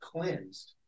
cleansed